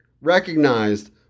recognized